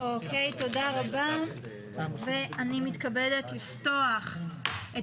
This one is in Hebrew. אני מתכבדת לפתוח את